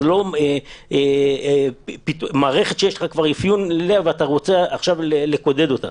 זאת לא מערכת שכבר יש לך אפיון ואתה רוצה עכשיו לקודד אותה.